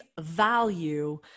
value